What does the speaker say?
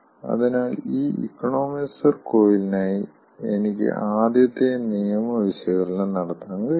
അതിനാൽ ഈ ഇക്കണോമൈസർ കോയിലിനായി എനിക്ക് ആദ്യത്തെ നിയമ വിശകലനം നടത്താൻ കഴിയും